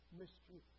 mystery